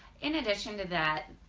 in addition to that,